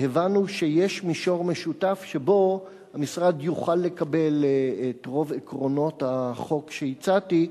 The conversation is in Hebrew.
והבנו שיש מישור משותף שבו המשרד יוכל לקבל את רוב עקרונות החוק שהצעתי,